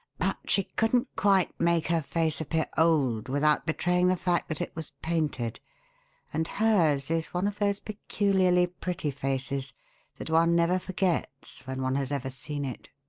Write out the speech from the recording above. but she couldn't quite make her face appear old without betraying the fact that it was painted and hers is one of those peculiarly pretty faces that one never forgets when one has ever seen it.